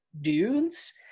dudes